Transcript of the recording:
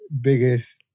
biggest